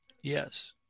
Yes